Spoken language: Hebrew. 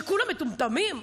שכולם מטומטמים?